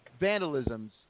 vandalisms